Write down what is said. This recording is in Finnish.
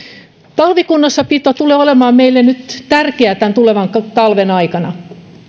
talvikunnossapito tulee olemaan meille tärkeä nyt tämän tulevan talven aikana